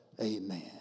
amen